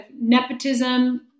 nepotism